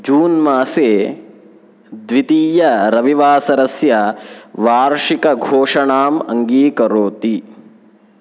जून्मासे द्वितीयरविवासरस्य वार्षिकघोषणाम् अङ्गीकरोति